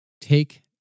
take